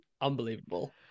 unbelievable